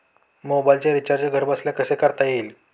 मोबाइलचे रिचार्ज घरबसल्या कसे करता येईल?